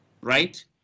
right